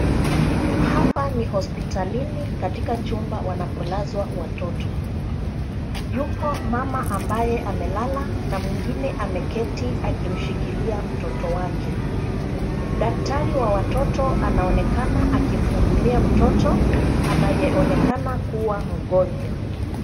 Hapa ni hospitalini katika chumba wanapolazwa watoto. Yupo mama ambaye amelala na mwengine ameketi akimshikilia mtoto wake. Daktari wa watoto anaonekana akimhudumia mtoto anayeonekana kuwa mgonjwa.